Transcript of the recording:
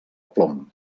plom